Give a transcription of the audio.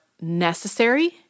necessary